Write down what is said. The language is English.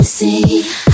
See